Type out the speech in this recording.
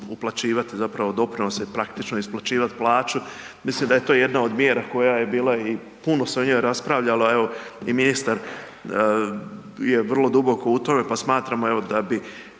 uplaćivati zapravo doprinose i praktično isplaćivati plaću, mislim da je to jedna od mjera koja je bila i puno se o njoj raspravljalo, al evo i ministar je vrlo duboko u tome pa smatramo jel da bi